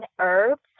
herbs